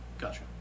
Gotcha